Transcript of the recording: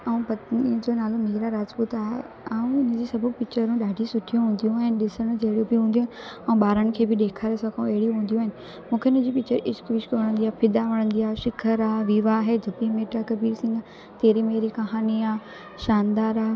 ऐं पत्नीअ जो नालो मीरा राजपूत आहे ऐं हुन जी सभु पिचरूं ॾाढी सुठियूं हूंदियूं आहिनि ॾिसणु जहिड़ियूं बि हूंदियूं आहिनि ऐं ॿारनि खे बि ॾेखारे सघूं अहिड़ी हूंदियूं आहिनि मूंखे हुन जी पिचर इश्क विश्क वणंदी आहे फ़िदा वणंदी आहे शिखर आहे विवाह आहे जब वी मेट आहे कबीर सिंघ आहे तेरी मेरी कहानिया शानदार आहे